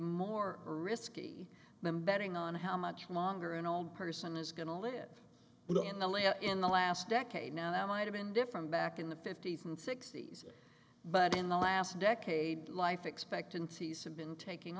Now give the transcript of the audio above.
more risky than betting on how much longer an old person is going to live in the last decade now might have been different back in the fifty's and sixty's but in the last decade life expectancies have been taking